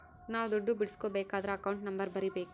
ನಾವ್ ದುಡ್ಡು ಬಿಡ್ಸ್ಕೊಬೇಕದ್ರ ಅಕೌಂಟ್ ನಂಬರ್ ಬರೀಬೇಕು